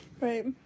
Right